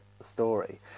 story